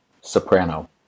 soprano